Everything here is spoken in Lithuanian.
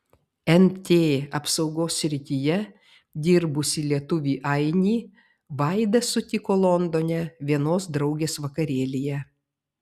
nt apsaugos srityje dirbusį lietuvį ainį vaida sutiko londone vienos draugės vakarėlyje